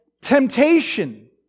temptation